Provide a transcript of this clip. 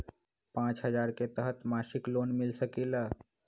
पाँच हजार के तहत मासिक लोन मिल सकील?